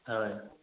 হয়